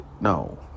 No